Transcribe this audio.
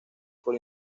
por